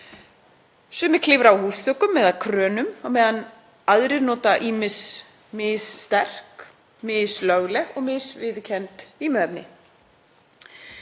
Sumir klifra á húsþökum eða krönum á meðan aðrir nota ýmis missterk, mislögleg og misviðurkennd vímuefni.